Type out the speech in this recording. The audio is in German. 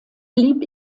blieb